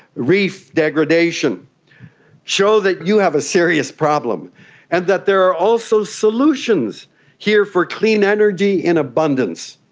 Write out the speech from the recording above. reef degradation show that you have a serious problem and that there are also solutions here for clean energy in abundance.